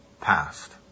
past